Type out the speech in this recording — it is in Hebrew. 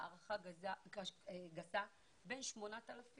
בהערכה גסה, שיש בין 8,000